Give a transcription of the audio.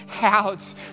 out